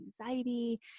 anxiety